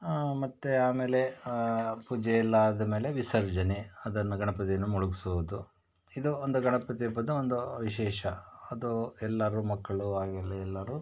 ಮತ್ತು ಆಮೇಲೆ ಪೂಜೆಯೆಲ್ಲ ಆದಮೇಲೆ ವಿಸರ್ಜನೆ ಅದನ್ನು ಗಣಪತಿಯನ್ನು ಮುಳುಗಿಸೋದು ಇದು ಒಂದು ಗಣಪತಿ ಹಬ್ಬದ ಒಂದು ವಿಶೇಷ ಅದು ಎಲ್ಲರೂ ಮಕ್ಕಳು ಎಲ್ಲರೂ